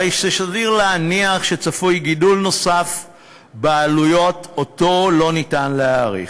הרי סביר להניח שצפוי גידול נוסף בעלויות שאותו לא ניתן להעריך.